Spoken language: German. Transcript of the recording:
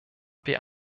wir